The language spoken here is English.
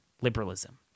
liberalism